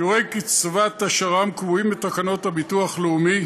שיעורי קצבת השר"מ קבועים בתקנות הביטוח הלאומי